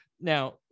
now